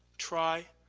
try,